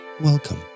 Welcome